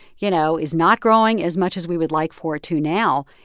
you know, is not growing as much as we would like for it to now.